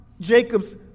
Jacob's